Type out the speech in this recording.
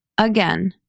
Again